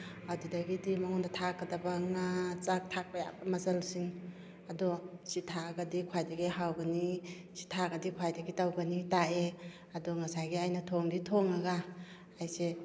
ꯑꯗꯨꯗꯒꯤꯗꯤ ꯃꯉꯣꯟꯗ ꯊꯥꯛꯀꯗꯕ ꯉꯥ ꯆꯥꯛ ꯊꯥꯛꯄ ꯌꯥꯕ ꯃꯆꯜꯁꯤꯡ ꯑꯗꯣ ꯁꯤ ꯊꯥꯛꯑꯒꯗꯤ ꯈ꯭ꯋꯥꯏꯗꯒꯤ ꯍꯥꯎꯒꯅꯤ ꯁꯤ ꯊꯥꯛꯑꯒꯗꯤ ꯈ꯭ꯋꯥꯏꯗꯒꯤ ꯇꯧꯒꯅꯤ ꯇꯥꯛꯑꯦ ꯑꯗꯣ ꯉꯁꯥꯏꯒꯤ ꯑꯩꯅ ꯊꯣꯡꯗꯤ ꯊꯣꯡꯉꯒ ꯑꯩꯁꯦ